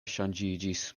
ŝanĝiĝis